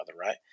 right